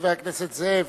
חבר הכנסת זאב,